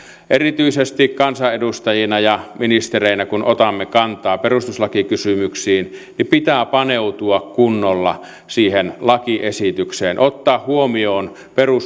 erityisesti kansanedustajina ja ministereinä kun otamme kantaa perustuslakikysymyksiin pitää paneutua kunnolla siihen lakiesitykseen ottaa huomioon